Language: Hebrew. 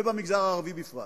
ובמגזר הערבי בפרט.